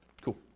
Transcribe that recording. Cool